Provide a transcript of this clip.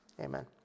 Amen